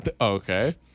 Okay